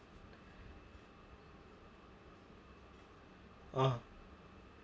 ah